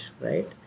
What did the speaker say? right